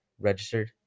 registered